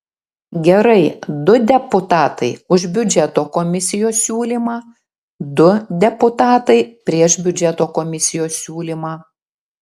gerai du deputatai už biudžeto komisijos siūlymą du deputatai prieš biudžeto komisijos siūlymą